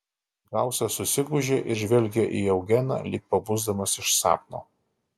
gausas susigūžė ir žvelgė į eugeną lyg pabusdamas iš sapno